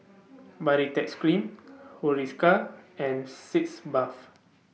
Baritex Cream Hiruscar and Sitz Bath